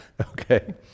okay